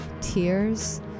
tears